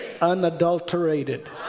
unadulterated